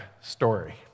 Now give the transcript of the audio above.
story